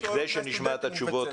בכדי שנשמע את התשובות,